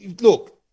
look